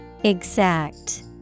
Exact